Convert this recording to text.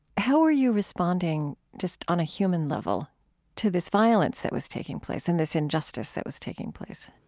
how were you responding just on a human level to this violence that was taking place and this injustice that was taking place?